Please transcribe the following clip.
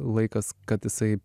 laikas kad jisai